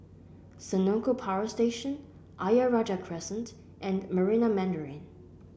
Senoko Power Station Ayer Rajah Crescent and Marina Mandarin